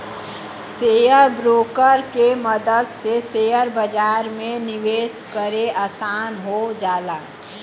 share broker के मदद से शेयर बाजार में निवेश करे आसान हो जाला